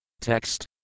Text